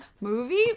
movie